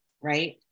right